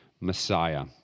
Messiah